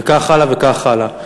וכך הלאה וכך הלאה.